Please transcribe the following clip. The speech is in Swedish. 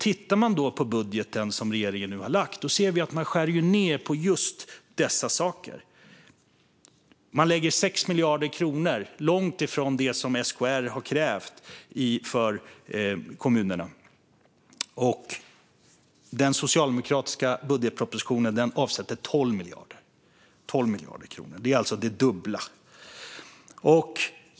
Tittar vi på den budget som regeringen har lagt fram ser vi att man skär ned på just dessa saker. Man lägger 6 miljarder kronor på kommunerna, vilket är långt ifrån det SKR har krävt. I den socialdemokratiska budgetpropositionen avsattes 12 miljarder kronor, alltså det dubbla.